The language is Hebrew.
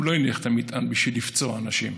הוא לא הניח את המטען בשביל לפצוע אנשים,